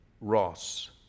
Ross